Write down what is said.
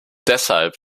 deshalb